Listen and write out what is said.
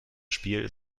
spiel